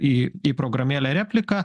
į programėlę repliką